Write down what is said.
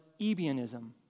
Ebionism